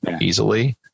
easily